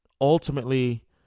ultimately